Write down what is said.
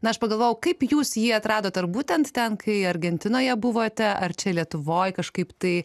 na aš pagalvojau kaip jūs jį atradot ar būtent ten kai argentinoje buvote ar čia lietuvoj kažkaip tai